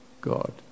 God